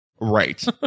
Right